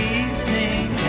evening